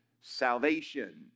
salvation